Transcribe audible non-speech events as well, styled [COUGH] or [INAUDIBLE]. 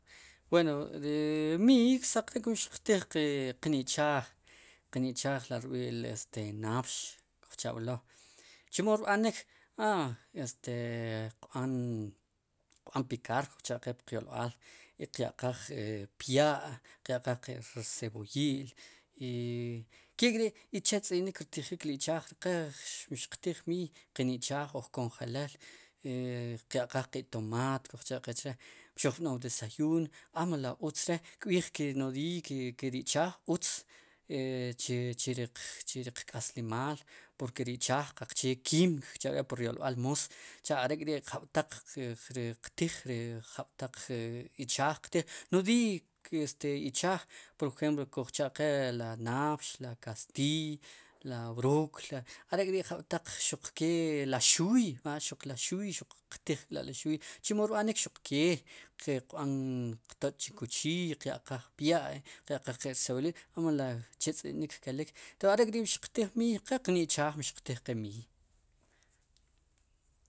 Wen ri miiy ksaq rik mxiqtij qe' ichaaj qe ichaaj rb'i'li naapx kuj cha'b'elo' chemo rb'anik a qb'an pikar kuj cha'qe puq yolb'al i qya'qaj pya' qya'qaaj qe rceb'oyi'l i kek'ri' i chetz'enik xtijik ri ichaj qe mxiqtij miiy ichaaj oj konjelel [HESITATION] qya'qaaj qe'tomaat kujcha'qe che mxuj b'noy desayuun a mele utz re' kb'iij ke nodiiy ke ri ichaaj utz [HESITATION] chi ri chi ri chiq k'aslimaal porque ri ichaaj qaqche ri kimico pur yolb'al moos sicha'are'k'ri' jab'taq riq tiij, ri jab'taq ichaaj qtij nodiiy ichaaj por ejemplo kuj cha'qe ri naapx, li kastiiy, la brokoli, are'k'ri' jab'taq xuq ke la xuuy, xuq la xuuy xuqke k'la' qtij ri xuuy che rb'anik xuq kee qb'an qtoch'chu kuchiiy qya'qaj pya' qya'qaj qe rceb'oyi'l melo che tz'e'nik kelik arek'ri' mxiq tij wu miiy qe qe'n ichaaj mxiqtij wu miiy.